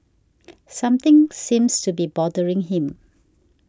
something seems to be bothering him